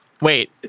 Wait